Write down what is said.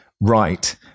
right